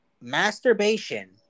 masturbation